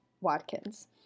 Watkins